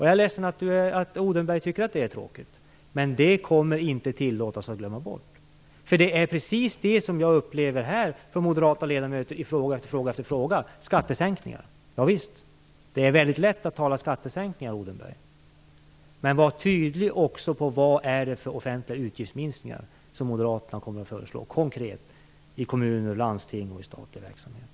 Jag är ledsen att Odenberg tycker att det är tråkigt, men vi kommer inte att tillåta att det glöms bort. Det är precis det som jag upplever här från moderata ledamöter i fråga efter fråga: skattesänkningar. Ja, det är väldigt lätt att tala om skattesänkningar, Odenberg, men var då också tydlig i fråga om vilka offentliga utgiftsminskningar som Moderaterna kommer att föreslå konkret i kommuner och landsting och i statlig verksamhet!